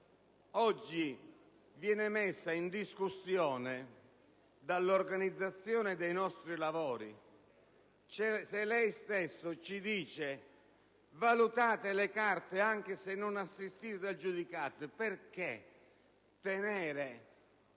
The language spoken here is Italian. oggi viene messa in discussione dall'organizzazione dei nostri lavori. Se lei stesso ci ha detto di valutare le carte anche se non assistite da giudicato, perché tenere